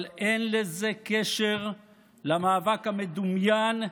אבל אין לזה קשר למאבק המדומיין,